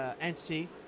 entity